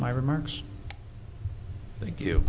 my remarks thank you